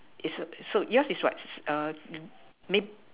is a so yours is what